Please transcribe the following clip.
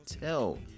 tell